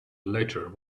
later